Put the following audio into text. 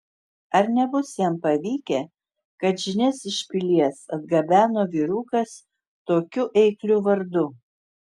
ar nebus jam pavykę kad žinias iš pilies atgabeno vyrukas tokiu eikliu vardu